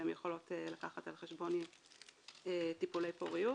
והן יכולות לקחת על חשבון טיפולי פוריות,